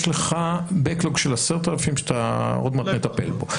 לך backlog של 10,000 שאתה עוד מעט מטפל בו.